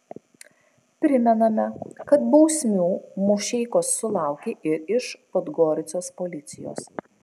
primename kad bausmių mušeikos sulaukė ir iš podgoricos policijos